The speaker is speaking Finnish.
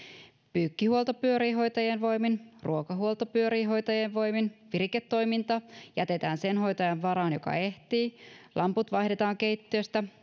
pyykkihuolto pyörii hoitajien voimien ruokahuolto pyörii hoitajien voimin viriketoiminta jätetään sen hoitajan varaan joka ehtii lamput vaihdetaan keittiöstä